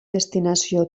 destinació